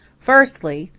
firstly,